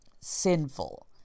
sinful